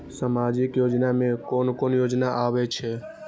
सामाजिक योजना में कोन कोन योजना आबै छै?